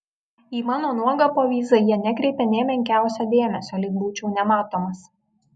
į mano nuogą povyzą jie nekreipė nė menkiausio dėmesio lyg būčiau nematomas